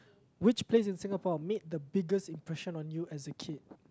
which place in Singapore made the biggest impression on you as a kid